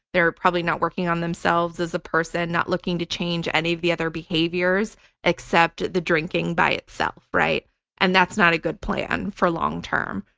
they're probably not working on themselves as a person, not looking to change any of the other behaviors except the drinking by itself. and that's not a good plan for long term.